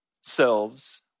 selves